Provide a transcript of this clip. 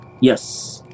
Yes